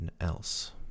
else